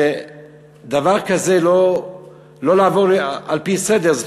שדבר כזה לא נעבור עליו לסדר-היום.